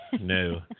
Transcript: no